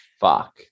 fuck